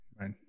Right